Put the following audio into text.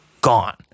gone